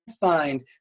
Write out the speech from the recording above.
find